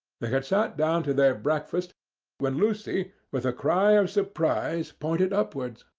they had sat down to their breakfast when lucy with a cry of surprise pointed upwards.